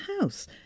house